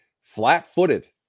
flat-footed